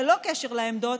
ללא קשר לעמדות,